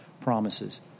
promises